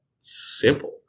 simple